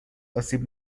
آسیب